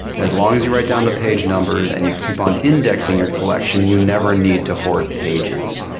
as long as you write down the page numbers and you keep on indexing your collection, you never need to hoard pages.